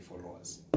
followers